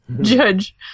Judge